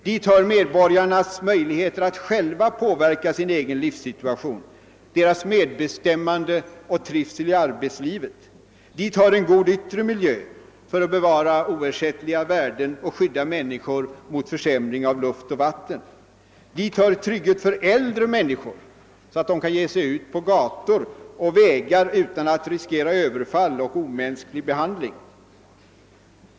Dit hör medborgarnas möjligheter att själva påverka sin livssituation, deras medbestämmande och trivsel i arbetet. Dit hör en yttre miljö för att bevara oersättliga värden och skydda människor mot försämring i luft och vatten. Dit hör trygghet för äldre människor, så att de kan ge sig ut på gator och vägar utan att riskera överfall och omänsklig behandling.